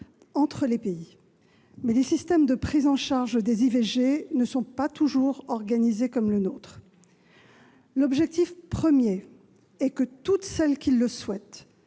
entre les pays, mais les systèmes de prise en charge des IVG ne sont pas toujours organisés comme le nôtre. L'objectif premier est que toutes celles qui le souhaitent